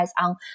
on